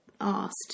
asked